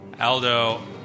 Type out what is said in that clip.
Aldo